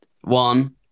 one